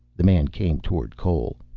the man came toward cole.